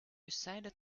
sided